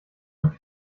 und